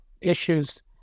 issues